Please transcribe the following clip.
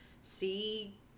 see